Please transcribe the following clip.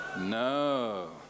No